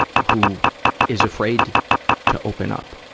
who is afraid to open up,